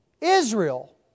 Israel